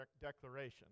declaration